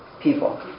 People